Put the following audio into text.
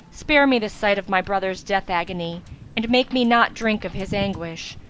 spare me the sight of my brother's death-agony and make me not drink of his anguish,